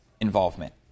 involvement